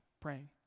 praying